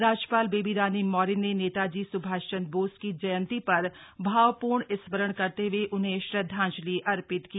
राज्य ाल बेबी रानी मौर्य ने नेताजी सुभाष चंद्र बोस की जयंती ेर भाव ूर्ण स्मरण करते हुए उन्हें श्रद्धांजलि अर्पित की